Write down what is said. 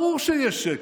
ברור שיש שקט.